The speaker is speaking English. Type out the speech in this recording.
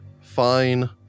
fine